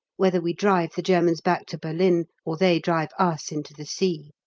whether we drive the germans back to berlin or they drive us into the sea.